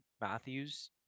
Matthews